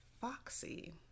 foxy